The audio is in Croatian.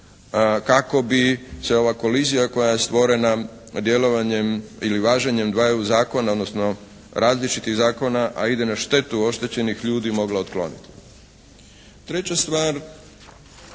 kako bi se ova kolizija koja je stvorena djelovanjem ili važenjem dvaju zakona, odnosno različitih zakona a ide na štetu oštećenih ljudi, mogla otkloniti. Treća stvar